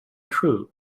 true